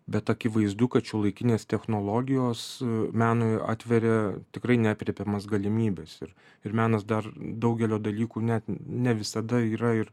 bet akivaizdu kad šiuolaikinės technologijos menui atveria tikrai neaprėpiamas galimybes ir ir menas dar daugelio dalykų net ne visada yra ir